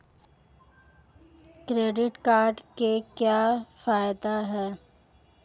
Credit card के क्या फायदे हैं?